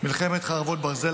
מלחמת חרבות ברזל,